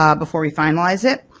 um before we finalize it.